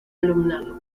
alumnado